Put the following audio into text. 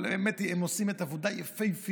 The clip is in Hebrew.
אבל האמת היא שהם עושים עבודה יפהפייה,